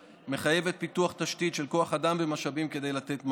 מחייבת פיתוח תשתית של כוח אדם ומשאבים כדי לתת מענה.